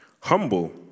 humble